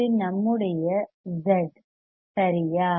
இது நம்முடைய இசட் 2 சரியா